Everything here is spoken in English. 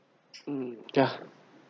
mm ya